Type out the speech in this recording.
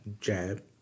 jab